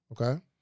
okay